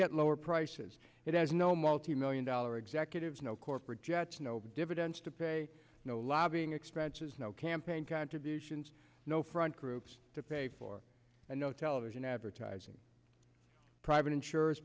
get lower prices it has no multi million dollar executives no corporate jets no dividends to pay no lobbying expenses no campaign contributions no front groups to pay for and no television advertising private insur